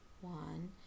one